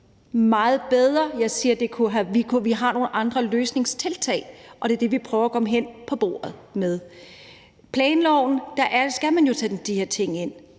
meget bedre. Jeg siger, at vi har nogle andre løsningstiltag, og det er det, vi prøver at tage med til bordet. Man skal jo tage de her ting ind